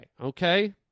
okay